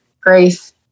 grace